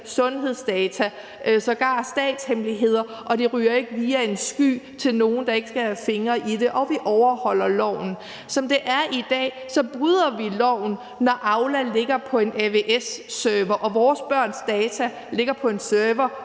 sundhedsdata og sågar statshemmeligheder, uden at det ryger via en sky til nogle, der ikke skal have fingrene i det, samtidig med at vi overholder loven? Som det er i dag, bryder vi loven, når Aula ligger på en AWS-server, og vores børns data ligger på en server,